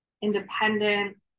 independent